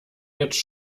jetzt